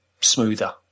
smoother